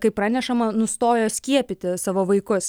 kaip pranešama nustojo skiepyti savo vaikus